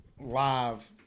live